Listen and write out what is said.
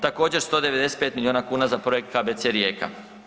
Također 195 miliona kuna za projekt KBC Rijeka.